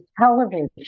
Television